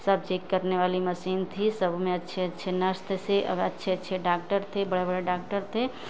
सब चेक करने वाली मसीन थी सबमें अच्छे अच्छे नर्स थी अच्छे अच्छे डाक्टर थे बड़े बड़े डाक्टर थे